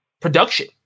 production